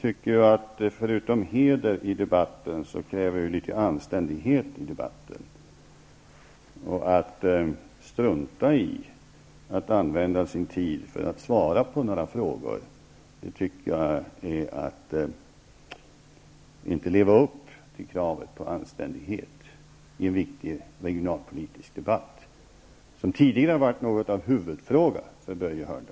Fru talman! Förutom heder kräver vi litet anständighet i debatten. Att strunta i att använda sin tid till att svara på några frågor är att inte leva upp till kravet på anständighet i en viktig regionalpolitisk debatt. Det har tidigare varit något av en huvudfråga för Börje Hörnlund.